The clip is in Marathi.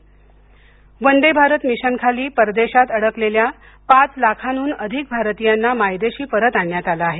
वंदे भारत मिशन वंदे भारत मिशनखाली परदेशात अडकलेल्या पाच लाखांहून अधिक भारतीयांना मायदेशी परत आणण्यात आलं आहे